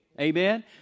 Amen